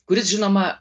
kuris žinoma